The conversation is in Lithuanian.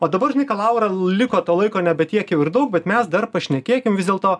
o dabar žinai ką laura liko to laiko nebe tiek jau ir daug bet mes dar pašnekėkim vis dėlto